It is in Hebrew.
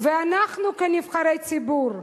ואנחנו כנבחרי ציבור,